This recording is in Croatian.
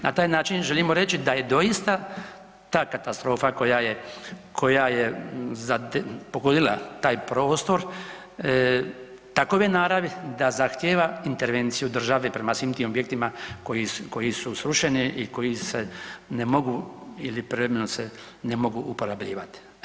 Na taj način želimo reći da je doista ta katastrofa koja je, koja je pogodila taj prostor takove naravi da zahtjeva intervenciju države prema svim tim objektima koji su srušeni i koji se ne mogu ili privremeno se ne mogu uporabljivati.